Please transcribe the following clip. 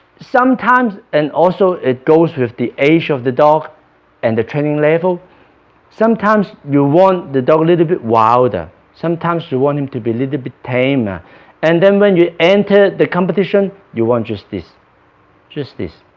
sometimes and also it goes with the age of the dog and the training level sometimes you want the dog a little bit wilder sometimes you you want him to be a little bit tamer and then when you enter the competition you want just this just this